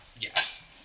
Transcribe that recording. Yes